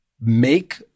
make